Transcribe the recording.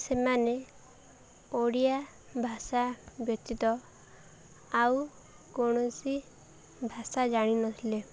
ସେମାନେ ଓଡ଼ିଆ ଭାଷା ବ୍ୟତୀତ ଆଉ କୌଣସି ଭାଷା ଜାଣିନଥିଲେ